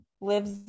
lives